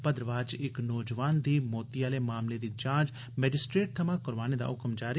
भद्रवाह च इक नौजवान दी मौती आले मामले दी जांच मैजिस्ट्रेट थमां करोआने दा ह्क्म जारी